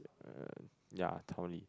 uh yeah Tao-Li